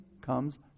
comes